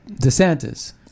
DeSantis